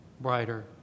brighter